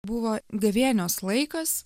buvo gavėnios laikas